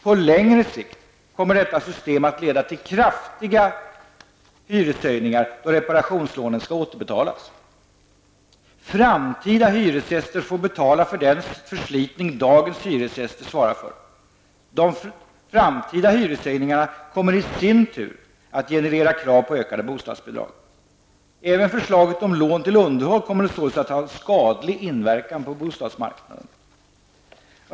På längre sikt kommer detta system att leda till kraftiga hyreshöjningar då reparationslånen skall återbetalas. Framtida hyresgäster får betala den förslitning dagens hyresgäster svarar för. De framtida hyreshöjningarna kommer i sin tur att generera krav på ökade bostadsbidrag. Även förslaget om lån till underhåll kommer således att ha en skadlig inverkan på bostadsmarknaden.